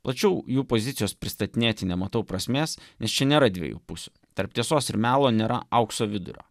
tačiau jų pozicijos pristatinėti nematau prasmės nes čia nėra dviejų pusių tarp tiesos ir melo nėra aukso vidurio